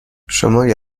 شماری